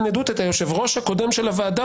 עדות את היושב-ראש הקודם של הוועדה,